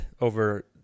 over